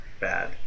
bad